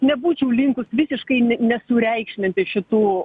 nebūčiau linkus visiškai ne nesureikšminti šitų